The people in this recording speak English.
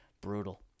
Brutal